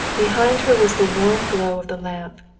behind her was the warm glow of the lamp,